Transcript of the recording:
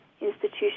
institution